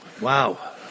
Wow